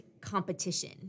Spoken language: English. competition